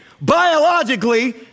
biologically